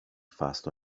fast